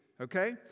Okay